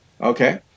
Okay